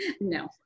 no